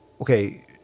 okay